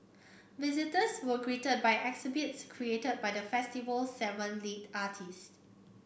visitors were greeted by exhibits created by the festival seven lead artist